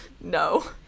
No